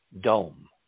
dome